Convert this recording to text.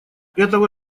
этого